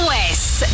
West